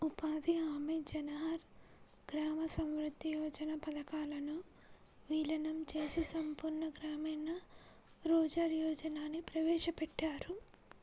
ఉపాధి హామీ, జవహర్ గ్రామ సమృద్ధి యోజన పథకాలను వీలీనం చేసి సంపూర్ణ గ్రామీణ రోజ్గార్ యోజనని ప్రవేశపెట్టారు